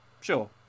Sure